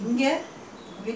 the rest more on their